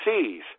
seas